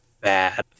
bad